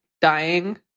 dying